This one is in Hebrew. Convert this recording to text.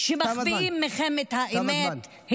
שמחביאים מכם את האמת.